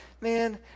man